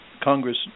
Congress